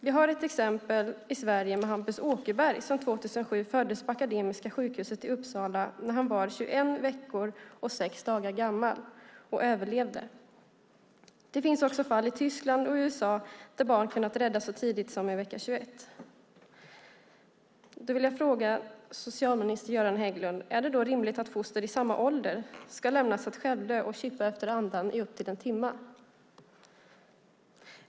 Vi har ett exempel i Sverige med Hampus Åkerberg som 2007 föddes på Akademiska sjukhuset i Uppsala när han var 21 veckor och 6 dagar gammal och överlevde. Det finns också fall i Tyskland och i USA där barn kunnat räddas så tidigt som i vecka 21. Då vill jag fråga socialminister Göran Hägglund: Är det då rimligt att foster i samma ålder ska lämnas att självdö och kippa efter andan upp till en timme?